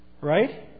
Right